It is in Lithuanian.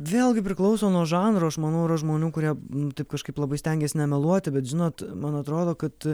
vėlgi priklauso nuo žanro aš manau yra žmonių kurie taip kažkaip labai stengias nemeluoti bet žinot man atrodo kad